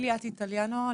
אם יש לך משפט - בקצרה.